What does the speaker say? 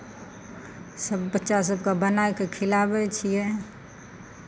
सभ बच्चा सभकेँ बना कऽ खिलाबै छियै